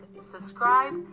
subscribe